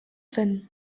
zen